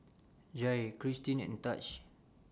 Jair Christin and Taj